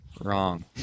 Wrong